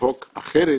לנהוג אחרת